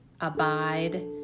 Abide